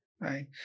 Right